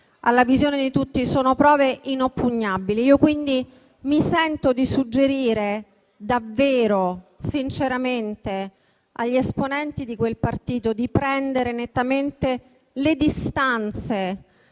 alla visione di tutti sono inoppugnabili. Mi sento quindi di suggerire, davvero sinceramente, agli esponenti di quel partito di prendere nettamente le distanze